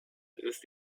ist